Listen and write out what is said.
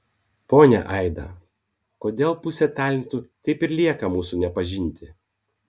ponia aida kodėl pusė talentų taip ir lieka mūsų nepažinti